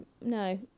no